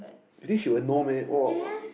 you think she will have know meh !wah!